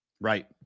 right